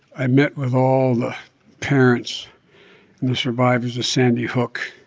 i met with all the parents and the survivors of sandy hook